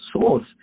source